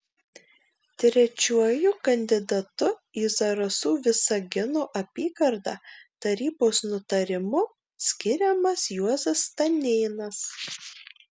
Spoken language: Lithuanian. trečiuoju kandidatu į zarasų visagino apygardą tarybos nutarimu skiriamas juozas stanėnas